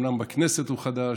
אומנם בכנסת הוא חדש,